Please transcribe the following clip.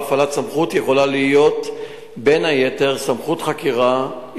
בהפעלת סמכות יכולה להיות בין היתר סמכות חקירה,